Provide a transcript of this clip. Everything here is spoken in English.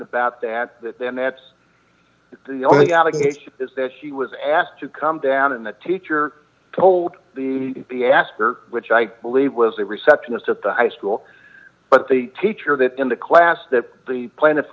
about that and that's the only allegation is that she was asked to come down and the teacher told the asper which i believe was the receptionist at the high school but the teacher that in the class that the pla